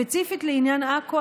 ספציפית לעניין עכו,